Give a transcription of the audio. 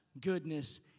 goodness